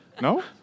No